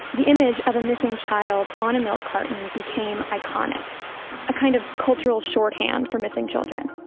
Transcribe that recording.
the image of a missing child on a milk carton became iconic a kind of cultural shorthand for missing children.